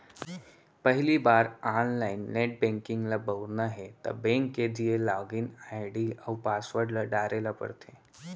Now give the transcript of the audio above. पहिली बार online net banking ल बउरना हे त बेंक के दिये लॉगिन आईडी अउ पासवर्ड ल डारे ल परथे